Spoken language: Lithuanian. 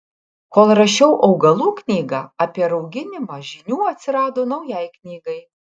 kol rašiau augalų knygą apie rauginimą žinių atsirado naujai knygai